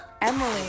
Emily